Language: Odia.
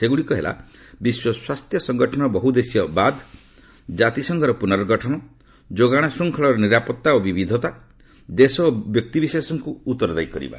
ସେଗୁଡିକ ହେଲା ବିଶ୍ୱ ସ୍ପାସ୍ଥ୍ୟ ସଂଗଠନର ବହୁଦେଶୀୟ ବାଦ କ୍ଜାତିସଂଘର ପୁନର୍ଗଠନ ଯୋଗାଣ ଶୃଙ୍ଖଳର ନିରାପତ୍ତା ଓ ବିବିଧତା ଦେଶ ଓ ବ୍ୟକ୍ତିବିଶେଷଙ୍କୁ ଉତ୍ତରଦାୟୀକରିବା